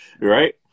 right